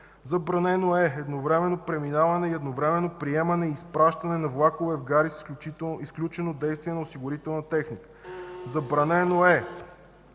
забранено е едновременно преминаване и едновременно приемане и изпращане на влакове в гари с изключено действие на осигурителна техника (председателят